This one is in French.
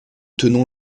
tenons